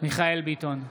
מיכאל מרדכי ביטון,